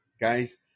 Guys